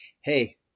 hey –